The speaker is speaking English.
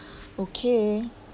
okay